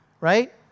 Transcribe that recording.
right